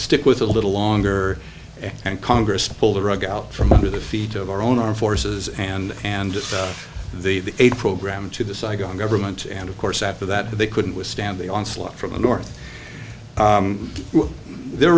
stick with a little longer and congress pulled the rug out from under the feet of our own armed forces and and the aid program to the saigon government and of course after that they couldn't withstand the onslaught from the north their